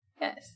Yes